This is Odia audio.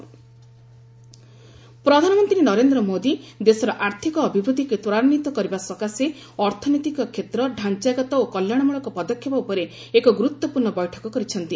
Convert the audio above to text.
ପିଏମ୍ ଫାଇନାନ୍ସିଆଲ୍ ସେକୁର ପ୍ରଧାନମନ୍ତ୍ରୀ ନରେନ୍ଦ୍ର ମୋଦି ଦେଶର ଆର୍ଥକ ଅଭିବୃଦ୍ଧିକୁ ତ୍ୱରାନ୍ୱିତ କରିବା ସକାଶେ ଅର୍ଥନୈତିକ କ୍ଷେତ୍ର ତାଞ୍ଚାଗତ ଓ କଲ୍ୟାଣମୂଳକ ପଦକ୍ଷେପ ଉପରେ ଏକ ଗୁରୁତ୍ୱପୂର୍ଣ୍ଣ ବୈଠକ କରିଛନ୍ତି